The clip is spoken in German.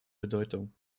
bedeutung